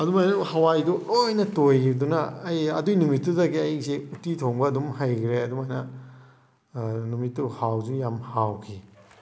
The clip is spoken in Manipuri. ꯑꯗꯨꯃꯥꯏꯅ ꯍꯋꯥꯏꯗꯨ ꯂꯣꯏꯅ ꯇꯣꯏꯒꯤꯕꯗꯨꯅ ꯑꯩ ꯑꯗꯨꯏ ꯅꯨꯃꯤꯠꯇꯨꯗꯒꯤ ꯑꯩꯁꯦ ꯎꯠꯇꯤ ꯊꯣꯡꯕ ꯑꯗꯨꯝ ꯍꯩꯈ꯭ꯔꯦ ꯑꯗꯨꯃꯥꯏꯅ ꯅꯨꯃꯤꯠꯇꯣ ꯍꯥꯎꯁꯨ ꯌꯥꯝ ꯍꯥꯎꯈꯤ